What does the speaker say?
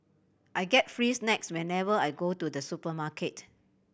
I get free snacks whenever I go to the supermarket